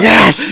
Yes